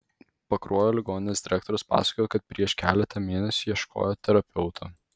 pakruojo ligoninės direktorius pasakojo kad prieš keletą mėnesių ieškojo terapeuto